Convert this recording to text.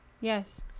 Yes